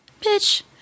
bitch